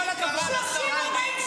עם כל הכבוד.